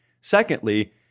Secondly